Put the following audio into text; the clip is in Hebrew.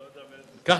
כך,